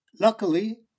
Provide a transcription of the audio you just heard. luckily